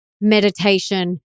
meditation